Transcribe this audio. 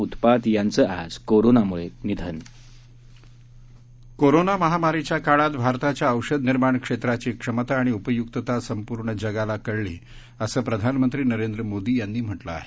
उत्पात यांचं आज कोरोनामुळं निधन कोरोना महामारीच्या काळात भारताच्या औषध निर्माण क्षेत्राची क्षमता आणि उपयुक्तता संपूर्ण जगाला कळली असं प्राधानमंत्री नरेंद्र मोदी यांनी म्हटलं आहे